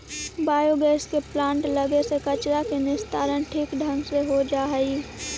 biogas के plant लगे से कचरा के निस्तारण ठीक ढंग से हो जा हई